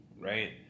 right